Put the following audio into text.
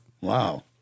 Wow